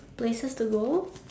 places to go